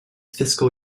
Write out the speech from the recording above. fiscal